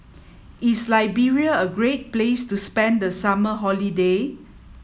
is Liberia a great place to spend the summer holiday